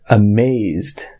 amazed